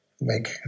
make